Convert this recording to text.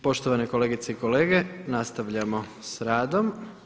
Poštovane kolegice i kolege, nastavljamo s radom.